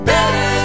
Better